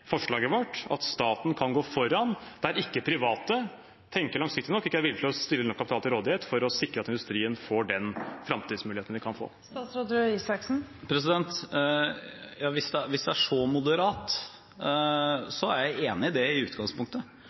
forslaget vårt: at staten kan gå foran der private ikke tenker langsiktig nok og ikke er villige til å stille nok kapital til rådighet for å sikre at industrien får de framtidsmulighetene den kan få. Hvis det er så moderat, er jeg i utgangspunktet enig i det.